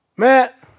Matt